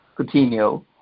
Coutinho